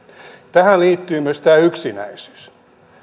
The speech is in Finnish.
tähän liittyy myös yksinäisyys